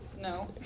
No